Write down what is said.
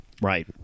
right